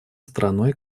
страной